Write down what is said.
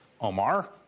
Omar